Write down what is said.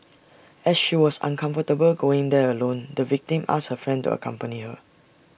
as she was uncomfortable going there alone the victim asked her friend accompany her